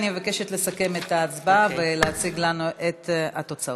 אני מבקשת לסכם את ההצבעה ולהציג לנו את התוצאות.